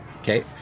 Okay